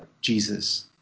Jesus